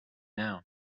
now